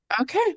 okay